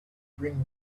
bring